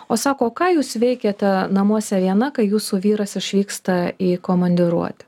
o sako ką jūs veikiate namuose viena kai jūsų vyras išvyksta į komandiruotę